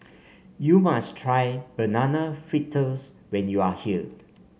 you must try Banana Fritters when you are here